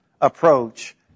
approach